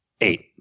Eight